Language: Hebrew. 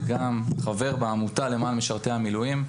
וגם חבר בעמותה למען משרתי המילואים.